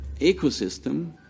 ecosystem